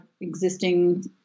existing